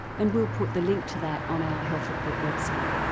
and we'll put the link to that on our health report website.